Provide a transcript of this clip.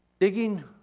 digging